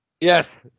Yes